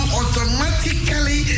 automatically